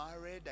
married